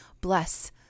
bless